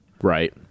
Right